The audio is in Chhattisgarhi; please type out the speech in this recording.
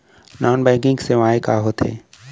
नॉन बैंकिंग सेवाएं का होथे